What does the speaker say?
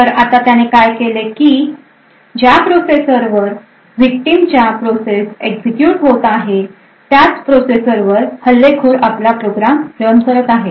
तर आता त्याने काय केले की ज्या प्रोसेसरवर vicitmच्या प्रोसेस एक्झिक्युट होत आहे त्याचं प्रोसेसर वर हल्लेखोर आपला प्रोग्राम रन करत आहे